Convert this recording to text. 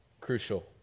crucial